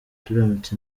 turamutse